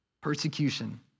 Persecution